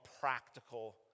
practical